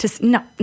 No